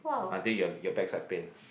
until your your backside pain ah